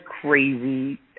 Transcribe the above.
crazy